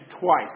twice